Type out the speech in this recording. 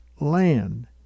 land